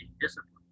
discipline